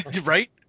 Right